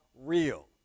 Real